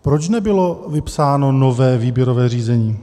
Proč nebylo vypsáno nové výběrové řízení?